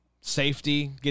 safety